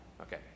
Okay